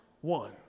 one